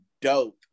dope